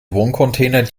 wohncontainer